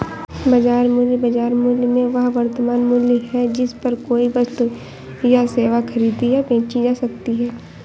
बाजार मूल्य, बाजार मूल्य में वह वर्तमान मूल्य है जिस पर कोई वस्तु या सेवा खरीदी या बेची जा सकती है